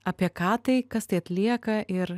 apie ką tai kas tai atlieka ir